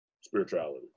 spirituality